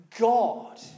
God